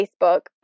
Facebook